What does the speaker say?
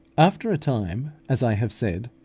after a time, as i have said,